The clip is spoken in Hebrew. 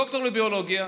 דוקטור לביולוגיה,